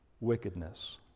wickedness